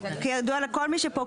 כידוע לכל מי שפה,